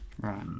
Right